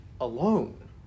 alone